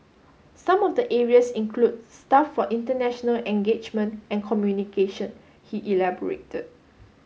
some of the areas include staff for international engagement and communication he elaborated